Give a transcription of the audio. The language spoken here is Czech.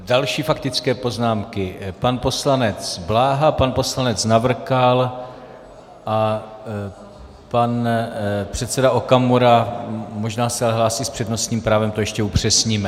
Další faktické poznámky pan poslanec Bláha, pan poslanec Navrkal a pan předseda Okamura, možná se hlásí s přednostním právem, to ještě upřesníme.